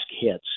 hits